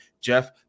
Jeff